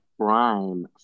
crime